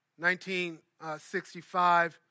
1965